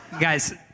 guys